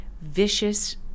vicious